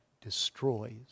destroys